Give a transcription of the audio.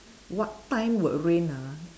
what time will rain ah